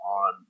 on